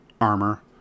armor